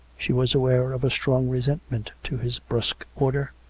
she was aware of a strong resentment to his brusque order,